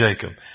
Jacob